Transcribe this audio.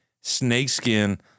snakeskin